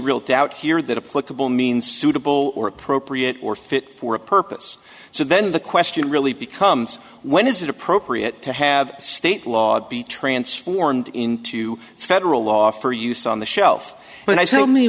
real doubt here that a political means suitable or appropriate or fit for purpose so then the question really becomes when is it appropriate to have state law be transformed into federal law for use on the shelf when i tell me